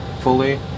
fully